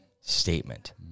statement